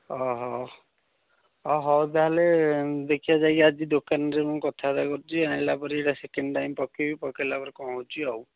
ହଉ ତା'ହେଲେ ଦେଖିବା ଯାଇକି ଆଜି ଦୋକାନରେ ମୁଁ କଥାବାର୍ତ୍ତା କରୁଛି ଆଣିଲା ପରେ ଏଇଟା ସେକେଣ୍ଡ୍ ଟାଇମ୍ ପକାଇବି ପକାଇଲା ପରେ କ'ଣ ହେଉଛି ଆଉ